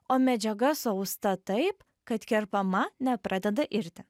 o medžiaga suausta taip kad kerpama nepradeda irti